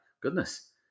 goodness